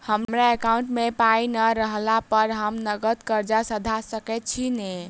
हमरा एकाउंट मे पाई नै रहला पर हम नगद कर्जा सधा सकैत छी नै?